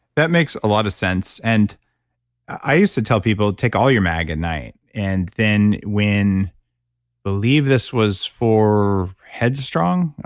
that makes a lot of sense. and i used to tell people take all your mag at night and then when i believe this was for headstrong,